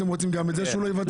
אתם רוצים גם על זה שהוא לא יוותר?